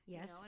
Yes